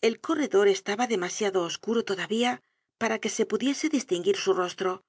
el corredor estaba demasiado oscuro todavía para que se pudiese distinguir su rostro